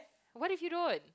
what did she rode